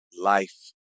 life